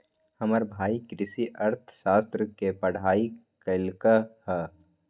हमर भाई कृषि अर्थशास्त्र के पढ़ाई कल्कइ ह